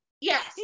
Yes